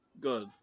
Good